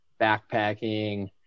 backpacking